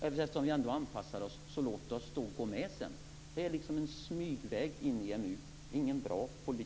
Eftersom vi ändå anpassar oss - låt oss då gå med sedan. Det är en smygväg in i EMU. Det är ingen bra politik.